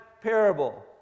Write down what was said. parable